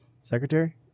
secretary